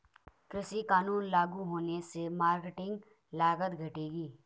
कृषि कानून लागू होने से मार्केटिंग लागत घटेगी